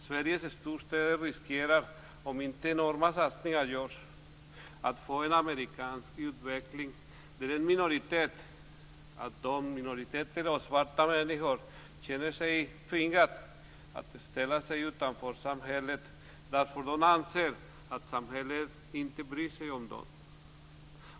Sveriges storstäder riskerar, om inte enorma satsningar görs, att få en amerikansk utveckling där en del minoriteter och svarta människor känner sig tvingade att ställa sig utanför samhället därför att de anser att samhället inte bryr sig om dem.